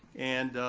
and